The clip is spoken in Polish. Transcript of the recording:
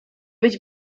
być